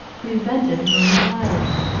prevented her enquiring.